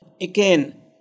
Again